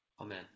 Amen